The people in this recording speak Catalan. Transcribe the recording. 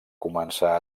començar